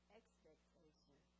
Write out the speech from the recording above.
expectation